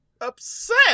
upset